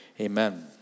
Amen